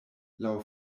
laŭ